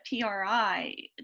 PRI